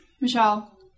Michelle